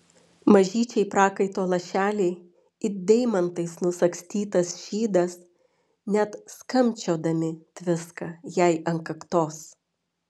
mažyčiai prakaito lašeliai it deimantais nusagstytas šydas net skambčiodami tviska jai ant kaktos